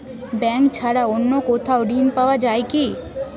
Bank ছাড়া অন্য কোথাও ঋণ পাওয়া যায় কি?